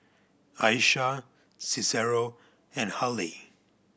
Aisha Cicero and Hallie